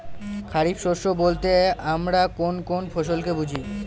খরিফ শস্য বলতে আমরা কোন কোন ফসল কে বুঝি?